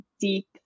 deep